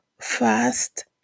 fast